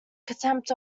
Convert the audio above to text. contempt